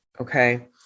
Okay